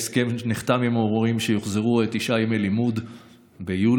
ההסכם שנחתם עם המורים הוא שיוחזרו לתשעה ימי לימוד ביולי.